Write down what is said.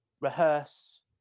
rehearse